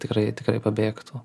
tikrai tikrai pabėgtų